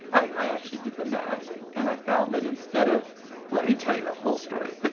i actually did the math and i found that instead of let me tell you the whole story